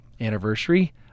anniversary